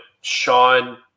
Sean